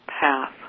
path